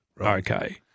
Okay